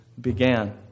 began